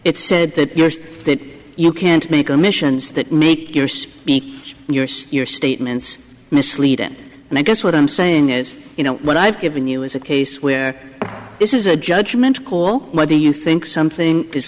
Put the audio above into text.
it said that it you can't make commissions that make your speak yours your statements misleading and i guess what i'm saying is you know what i've given you is a case where this is a judgment call why do you think something is